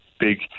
big